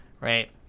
right